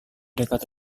dekat